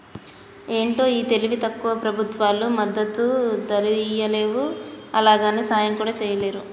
ఏంటో ఈ తెలివి తక్కువ ప్రభుత్వాలు మద్దతు ధరియ్యలేవు, అలాగని సాయం కూడా చెయ్యలేరు